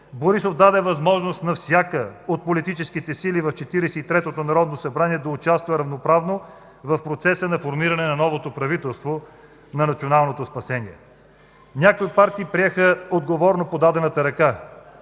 Борисов даде възможност на всяка от политическите сили в Четиридесет и третото народно събрание да участва равноправно в процеса на формиране на новото правителство на националното спасение. Някои партии приеха отговорно подадената ръка,